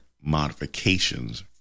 modifications